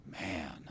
Man